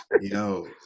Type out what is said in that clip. yo